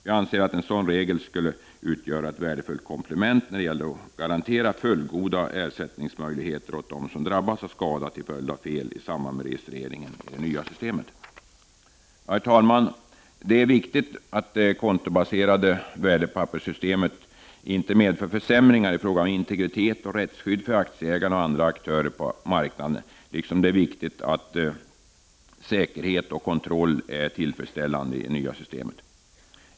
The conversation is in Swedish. Vi anser att en sådan regel skulle utgöra ett värdefullt komplement när det gäller att garantera fullgoda ersättningsmöjligheter åt dem som drabbas av skada till följd av fel i samband med registreringen i det nya systemet. Herr talman! Det är viktigt att det kontobaserade värdepapperssystemet inte medför försämringar i fråga om integritet och rättsskydd för aktieägarna och andra aktörer på aktiemarknaden, liksom det är viktigt att säkerhet och kontroll är tillfredsställande i det nya systemet.